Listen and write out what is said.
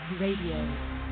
Radio